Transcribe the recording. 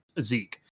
Zeke